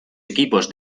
equipos